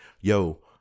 Yo